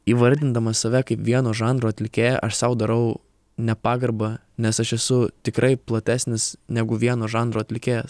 įvardindamas save kaip vieno žanro atlikėją aš sau darau nepagarbą nes aš esu tikrai platesnis negu vieno žanro atlikėjas